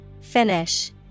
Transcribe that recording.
Finish